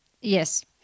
Yes